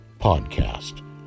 podcast